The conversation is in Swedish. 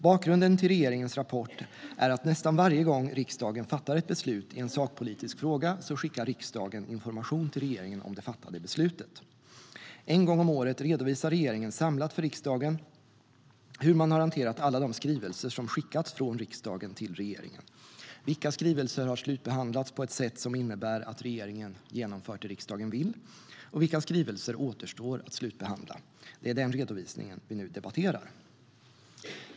Bakgrunden till regeringens rapport är följande: Nästan varje gång riksdagen fattar ett beslut i en sakpolitisk fråga skickar riksdagen information till regeringen om det fattade beslutet. En gång om året redovisar regeringen samlat för riksdagen hur man har hanterat alla de skrivelser som skickats från riksdagen till regeringen - vilka skrivelser har slutbehandlats på ett sätt som innebär att regeringen genomfört det riksdagen vill, och vilka skrivelser återstår att slutbehandla? Det är den redovisningen vi nu debatterar.